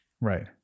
Right